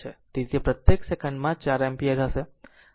તેથી તે પ્રત્યેક સેકન્ડમાં 4 એમ્પીયર હશે